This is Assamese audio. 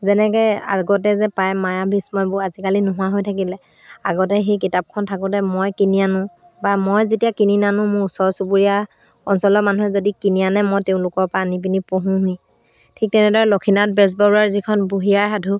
যেনেকৈ আগতে যে পায় মায়া বিস্ময়বোৰ আজিকালি নোহোৱা হৈ থাকিলে আগতে সেই কিতাপখন থাকোঁতে মই কিনি আনোঁ বা মই যেতিয়া কিনি নানোঁ মোৰ ওচৰ চুবুৰীয়া অঞ্চলৰ মানুহে যদি কিনি আনে মই তেওঁলোকৰপৰা আনি পিনি পঢ়োঁহি ঠিক তেনেদৰে লক্ষীনাথ বেজবৰুৱাৰ যিখন বুঢ়ীআই সাধু